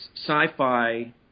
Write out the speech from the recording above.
sci-fi